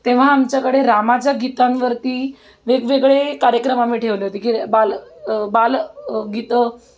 तेव्हा आमच्याकडे रामाच्या गीतांवरती वेगवेगळे कार्यक्रम आम्ही ठेवले होते की बाल बाल गीतं